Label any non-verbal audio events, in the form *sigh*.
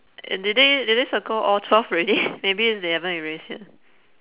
did they did they circle all twelve already *noise* maybe is they haven't erase yet